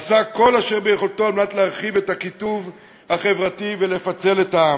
עשה כל אשר ביכולתו על מנת להרחיב את הקיטוב החברתי ולפצל את העם,